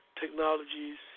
technologies